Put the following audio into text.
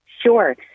Sure